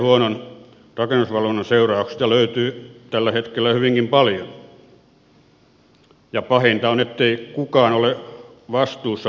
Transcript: esimerkkejä huonon rakennusvalvonnan seurauksista löytyy tällä hetkellä hyvinkin paljon ja pahinta on ettei kukaan ole vastuussa virheistä